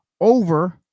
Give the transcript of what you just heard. over